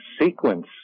sequence